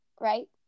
right